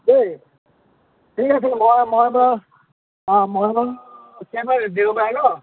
দেই ঠিক আছে মই মই বাৰু অঁ মই বাৰু কেতিয়া দেওবাৰে ন